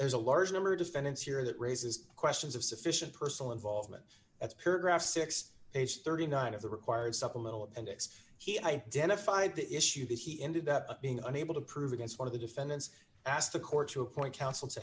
there's a large number of defendants here that raises questions of sufficient personal involvement as paragraph six page thirty nine of the required supplemental appendix he identified the issue that he ended up being unable to prove against one of the defendants asked the court to appoint counsel to